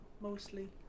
mostly